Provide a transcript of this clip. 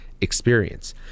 experience